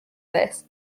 this